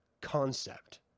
concept